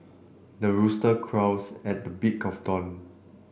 the rooster crows at the break of dawn